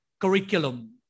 curriculum